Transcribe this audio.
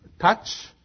touch